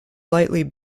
lightly